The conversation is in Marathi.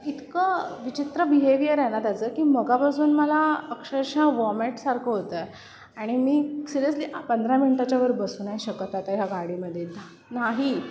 इतकं विचित्र बिहेवियर आहे ना त्याचं की मगापासून मला अक्षरशः वॉमेटसारखं होतं आहे आणि मी सिरियसली पंधरा मिनटाच्यावर बसू नाही शकत आता या गाडीमध्ये नाही